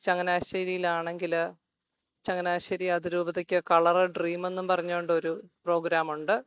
ചങ്ങനാശ്ശേരിയിലാണെങ്കിൽ ചങ്ങനാശ്ശേരി അതിരൂപതയ്ക്ക് കളറ് ഡ്രീമെന്നും പറഞ്ഞോണ്ടൊരു പ്രോഗ്രാമൊണ്ട്